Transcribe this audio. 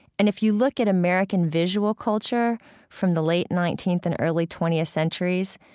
and if you look at american visual culture from the late nineteenth and early twentieth centuries,